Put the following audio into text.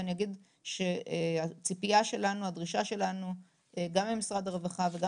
ואני אגיד שהציפייה והדרישה שלנו גם ממשרד הרווחה וגם